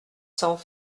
cents